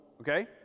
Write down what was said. Okay